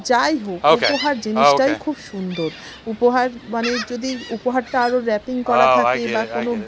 যাই হোক উপহার জিনিসটাই খুব সুন্দর উপহার মানে যদি উপহারটা আরও র্যাপিং করা থাকে বা কোনও